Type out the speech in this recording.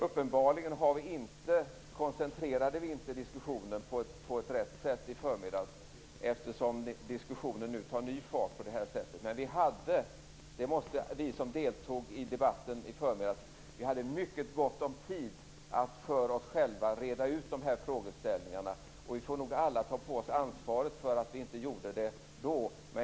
Uppenbarligen koncentrerade vi inte diskussionen på rätt sätt i förmiddags, eftersom den nu tar ny fart på detta sätt. Vi som deltog i debatten i förmiddags hade mycket gott om tid att för oss själva reda ut dessa frågeställningar. Vi får nog alla ta på oss ansvaret för att vi inte gjorde det då.